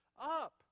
up